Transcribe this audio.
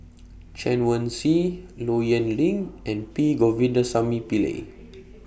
Chen Wen Hsi Low Yen Ling and P Govindasamy Pillai